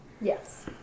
Yes